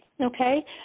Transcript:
okay